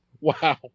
Wow